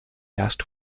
asked